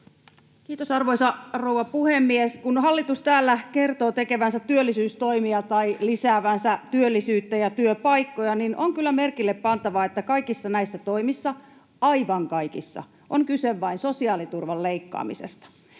Kiitos, arvoisa rouva puhemies! Kun hallitus täällä kertoo tekevänsä työllisyystoimia tai lisäävänsä työllisyyttä ja työpaikkoja, niin on kyllä merkille pantavaa, että kaikissa näissä toimissa, aivan kaikissa, on kyse vain sosiaaliturvan leikkaamisesta.